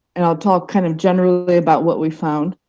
and i will talk kind of generally about what we found.